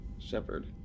Shepard